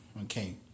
Okay